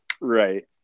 Right